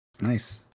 Nice